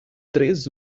três